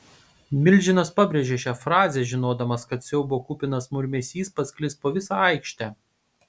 milžinas pabrėžė šią frazę žinodamas kad siaubo kupinas murmesys pasklis po visą aikštę